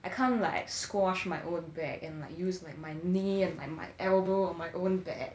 I can't like squash my own back and use like my knee and my my elbow on my own back